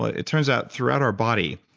ah it turns out throughout our body,